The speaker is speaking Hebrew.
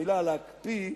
המלה להקפיא,